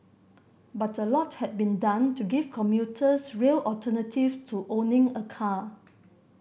but a lot had been done to give commuters real alternative to owning a car